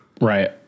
Right